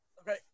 Okay